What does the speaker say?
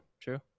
true